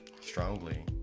strongly